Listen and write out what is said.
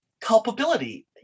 culpability